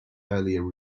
earlier